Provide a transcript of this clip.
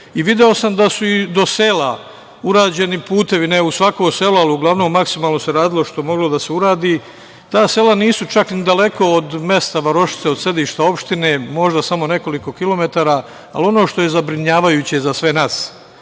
i video sam da su i do sela urađeni putevi, ne u svakom selu, ali uglavnom maksimalno se uradilo što je moglo da se uradi. Ta sela nisu čak ni daleko od mesta, varošice, od sedišta opštine, možda samo neko kilometara, ali ono što je zabrinjavajuće za sve nas,